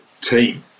team